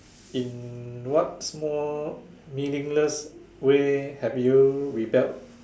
in what small meaningless way have you rebelled